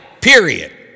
period